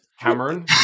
Cameron